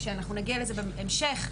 כשאנחנו נגיע לזה בהמשך,